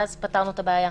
ואז פתרנו את הבעיה.